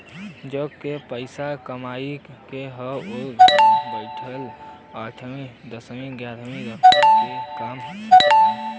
जेके के पइसा कमाए के हौ उ घरे बइठल आठ दस गाय रख के कमा सकला